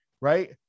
right